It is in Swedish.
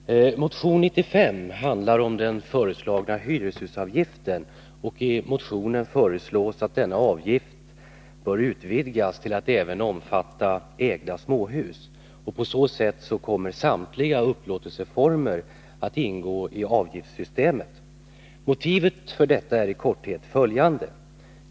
Herr talman! Motion 95 handlar om den föreslagna hyreshusavgiften, och i motionen föreslås att denna avgift bör utvidgas till att även omfatta ägda småhus. På så sätt kommer samtliga upplåtelseformer att ingå i avgiftssystemet. Motivet för detta är i korthet följande.